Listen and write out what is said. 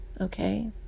okay